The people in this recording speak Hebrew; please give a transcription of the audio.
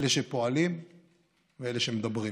אלה שפועלים ואלה שמדברים,